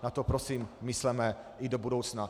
Na to prosím mysleme i do budoucna.